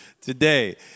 Today